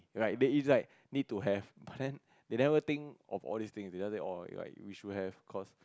like they is like need to have but then they never think of all these things they just say orh like you should have cause